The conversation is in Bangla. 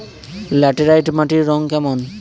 ল্যাটেরাইট মাটির রং কেমন?